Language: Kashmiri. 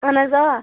اہن حظ آ